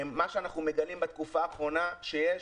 מה שאנחנו מגלים בתקופה האחרונה שיש,